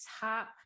top